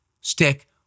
stick